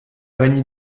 réunit